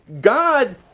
God